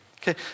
Okay